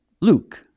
Luke